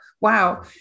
wow